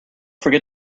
forget